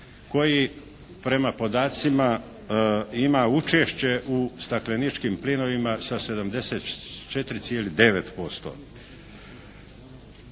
koji prema podacima ima učešće u stakleničkim plinovima sa 74,9%.